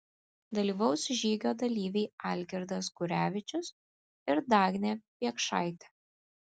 dalyvaus žygio dalyviai algirdas gurevičius ir dagnė biekšaitė